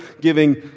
giving